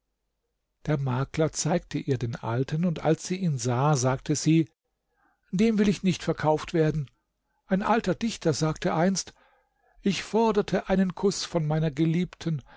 der makler zeigte ihr den alten und als sie ihn sah sagte sie dem will ich nicht verkauft werden ein alter dichter sagte einst ich forderte einen kuß von meiner geliebten